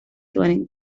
learning